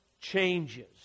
changes